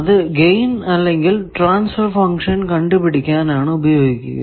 അത് ഗൈൻ അല്ലെങ്കിൽ transfer function കണ്ടുപിടിക്കാൻ ആണ് ഉപയോഗിക്കുക